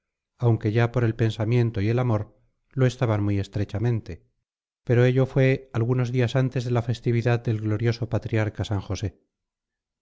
aunque ya por el pensamiento y el amor lo estaban muy estrechamente pero ello fue algunos días antes de la festividad del glorioso patriarca san josé